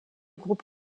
groupe